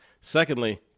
Secondly